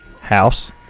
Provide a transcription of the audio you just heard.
House